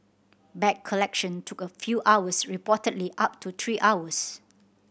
bag collection took a few hours reportedly up to three hours